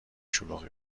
شلوغی